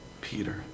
Peter